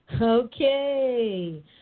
Okay